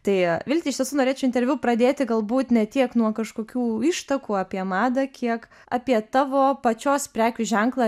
tai vilte iš tiesų norėčiau interviu pradėti galbūt ne tiek nuo kažkokių ištakų apie madą kiek apie tavo pačios prekių ženklą